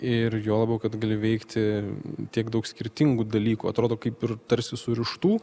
ir juo labiau kad gali veikti tiek daug skirtingų dalykų atrodo kaip ir tarsi surištų